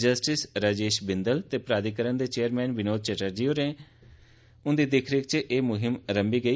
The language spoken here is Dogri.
जस्टिस राजेश बिंदल ते प्राधिकरण दे चेयरमैन विनोद चटर्जी कौल हृन्दी दिक्ख रिक्ख च ए म्हिम रम्भी गेई